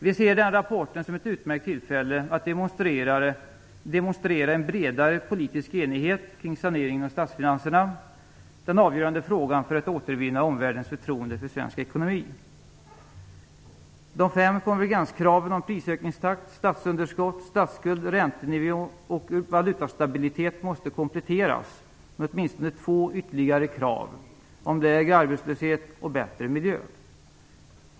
Vi ser den rapporten som ett utmärkt tillfälle att demonstrera en bredare politisk enighet kring saneringen av statsfinanserna - den avgörande frågan för att återvinna omvärldens förtroende för svensk ekonomi. De fem konvergenskraven om prisökningstakt, statsunderskott, statsskuld, räntenivå och valutastabilitet måste kompletteras med åtminstone två ytterligare krav om lägre arbetslöshet och bättre miljö.